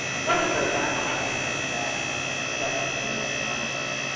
one of the backstops against that is that to be in compliance,